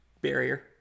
barrier